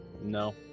No